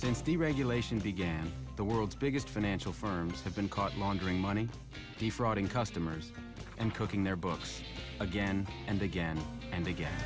since deregulation began the world's biggest financial firms have been caught laundering money defrauding customers and cooking their books again and again and again